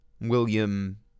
William